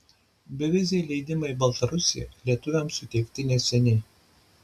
beviziai leidimai į baltarusiją lietuviams suteikti neseniai